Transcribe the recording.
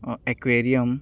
aquarium